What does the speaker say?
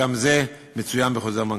גם זה מצוין בחוזר מנכ"ל.